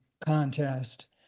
contest